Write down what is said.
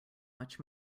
much